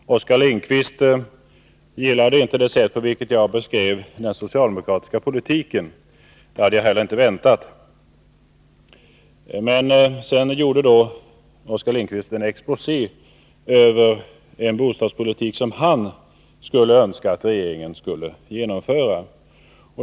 Herr talman! Oskar Lindkvist gillade inte det sätt på vilket jag beskrev den socialdemokratiska politiken. Det hade jag heller inte väntat att han skulle göra. Oskar Lindkvist lämnade sedan en exposé över den bostadspolitik som han önskar att regeringen skulle genomföra.